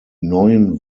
neuen